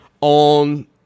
on